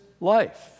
life